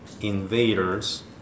invaders